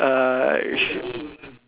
uh